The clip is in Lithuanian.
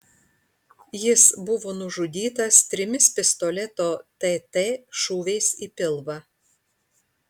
jis buvo nužudytas trimis pistoleto tt šūviais į pilvą